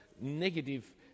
negative